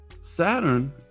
Saturn